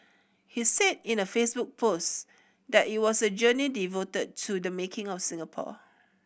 he said in a Facebook post that it was a journey devoted to the making of Singapore